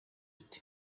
ite